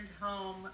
home